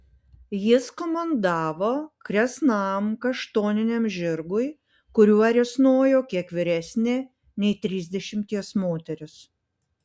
jis komandavo kresnam kaštoniniam žirgui kuriuo risnojo kiek vyresnė nei trisdešimties moteris